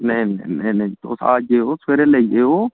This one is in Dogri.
नेईं नेईं नेई तुस अज्ज देओ सवेरे लेई जाएयो